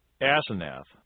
Asenath